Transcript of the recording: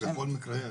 תודה.